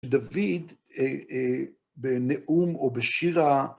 דוד, בנאום או בשירה